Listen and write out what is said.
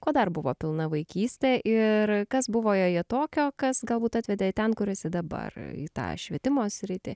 ko dar buvo pilna vaikystė ir kas buvo joje tokio kas galbūt atvedė į ten kur esi dabar į tą švietimo sritį